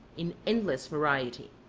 in endless variety.